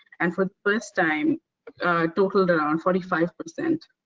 and for the first time totaled around forty five percent.